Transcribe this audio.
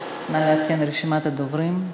נא לעדכן את רשימת הדוברים.